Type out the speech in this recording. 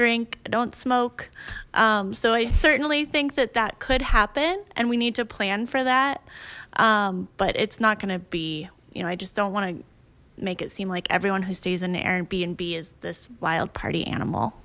drink i don't smoke so i certainly think that that could happen and we need to plan for that but it's not gonna be you know i just don't want to make it seem like everyone who stays in and b and b is this wild party animal